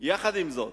עם זאת,